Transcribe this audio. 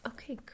Okay